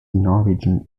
norwegian